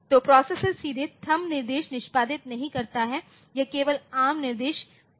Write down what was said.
तो प्रोसेसर सीधे थंब निर्देश निष्पादित नहीं करता है यह केवल एआरएम निर्देश निष्पादित करता है